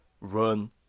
Run